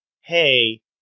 hey